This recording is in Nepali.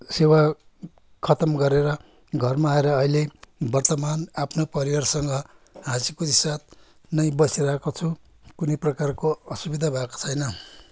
सेवा खतम गरेर घरमा आएर अहिले वर्तमान आफ्नो परिवारसँग हाँसी खुसीसाथ नै बसिरहेको छु कुनै प्रकारको असुविधा भएको छैन